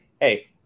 hey